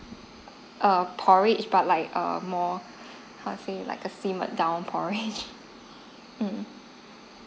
err porridge but like err more how to say it like a simmered down porridge mm